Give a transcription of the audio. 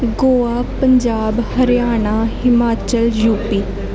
Goa Punjab Haryana Himachal U ਪੀ